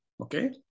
okay